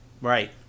Right